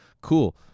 cool